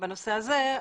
בנושא הזה.